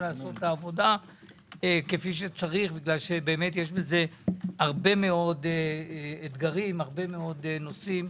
לעשות את העבודה כפי שצריך כי יש בזה הרבה מאוד אתגרים ונושאים.